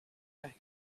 than